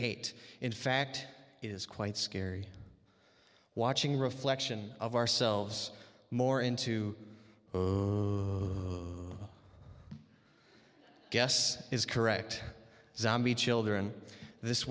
hate in fact it is quite scary watching reflection of ourselves more into guess is correct zombie children this